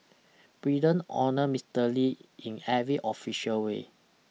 Britain honoured Mister Lee in every official way